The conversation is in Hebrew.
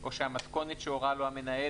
או שהמתכונת שהורה לו המנהל,